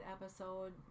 episode